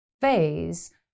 phase